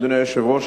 אדוני היושב-ראש,